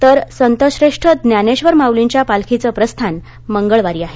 तर संतश्रेष्ठ ज्ञानेश्वर माउलींच्या पालखीचं प्रस्थान मंगळवारी आहे